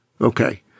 Okay